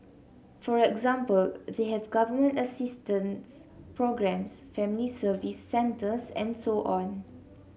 for example they have Government assistance programmes Family Service Centres and so on